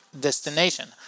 destination